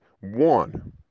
one